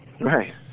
Right